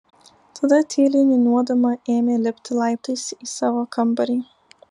tada tyliai niūniuodama ėmė lipti laiptais į savo kambarį